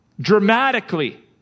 dramatically